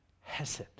hesed